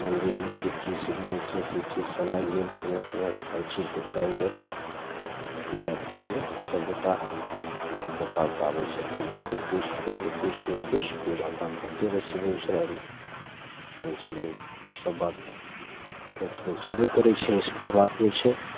मन्दिर एकसे एक चीजसे बनै छै एकसे एक चीजसे सजाएल गेल समय समयसे हर चीज करल गेल इएह छै जे सभगोटा नेता उता आबै छथिन कभी किछु तऽ कभी किछु ने किछु पूजापाठ होइते रहै छै बेगूसरायमे एहिलिए सब बात चलबे करै छिए अइसे कोइ बात नहि छै